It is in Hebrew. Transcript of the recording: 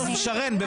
לא.